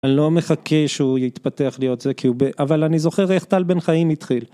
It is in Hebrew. אני לא מחכה שהוא יתפתח להיות זה, כי הוא... אבל אני זוכר איך טל בן חיים התחיל